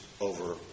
over